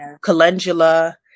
Calendula